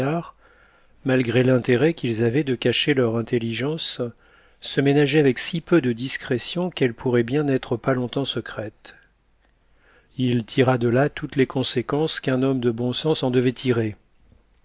malgré l'intérêt qu'ils avaient de cacher leur intelligence se ménageaient avec si peu de discrétion qu'elle pourrait bien n'être pas longtemps secrète il tira de là toutes les conséquences qu'un homme de bon sens en devait tirer